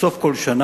בסוף כל שנה,